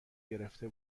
گرفته